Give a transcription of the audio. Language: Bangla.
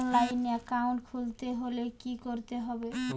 অনলাইনে একাউন্ট খুলতে হলে কি করতে হবে?